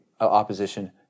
opposition